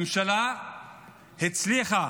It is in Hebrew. הממשלה הצליחה